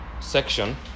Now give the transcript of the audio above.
section